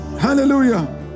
Hallelujah